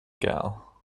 gall